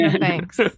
Thanks